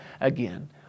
again